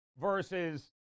versus